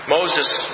Moses